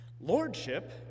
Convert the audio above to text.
Lordship